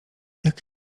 jak